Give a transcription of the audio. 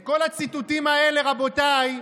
את כל הציטוטים האלה רבותיי,